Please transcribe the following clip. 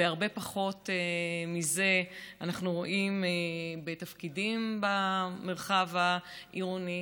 והרבה פחות מזה אנחנו רואים בתפקידים במרחב העירוני.